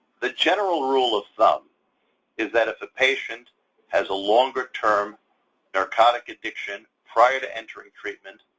the general rule of thumb is that if a patient has a longer term narcotic addiction prior to entering treatment,